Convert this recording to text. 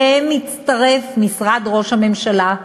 אליהם הצטרף משרד ראש הממשלה,